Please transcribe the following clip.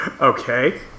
Okay